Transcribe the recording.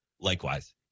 Likewise